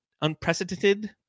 unprecedented